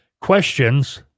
questions